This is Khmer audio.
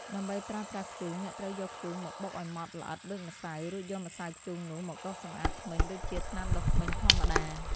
ដើម្បីប្រើប្រាស់ធ្យូង អ្នកត្រូវយកធ្យូងមកបុកឲ្យម៉ដ្ឋល្អិតដូចម្សៅ រួចយកម្សៅធ្យូងនោះមកដុសសម្អាតធ្មេញដូចជាថ្នាំដុសធ្មេញធម្មតា។